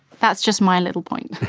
that's just my little point